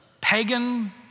pagan